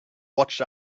watch